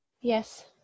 Yes